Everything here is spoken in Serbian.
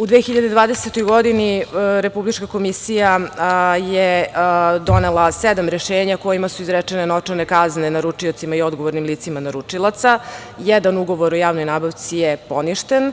U 2020. godini Republička komisija je donela sedam rešenja, kojima su izrečene novčane kazne, naručiocima i odgovornim licima naručilaca, jedan ugovor o javnoj nabavci je poništen,